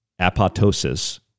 apoptosis